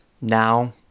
now